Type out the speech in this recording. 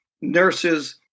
nurses